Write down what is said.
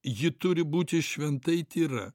ji turi būti šventai tyra